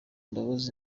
mbabazi